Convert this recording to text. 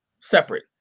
separate